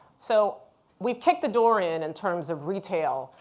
so we've kicked the door in, in terms of retail,